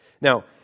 Now